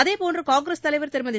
அதேபோன்று காங்கிரஸ் தலைவர் திருமதி